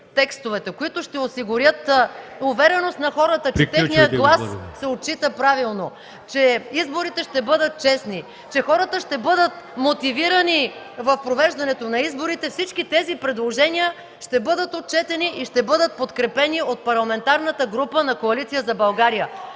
текстовете, ще осигурят увереност на хората, че техният глас се отчита правилно, че изборите ще бъдат честни, че хората ще бъдат мотивирани в провеждането на изборите, всички те ще бъдат отчетени и ще бъдат подкрепени от Парламентарната група на Коалиция за България.